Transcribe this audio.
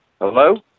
Hello